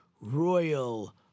royal